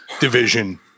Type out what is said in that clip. division